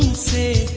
c